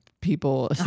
people